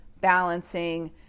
balancing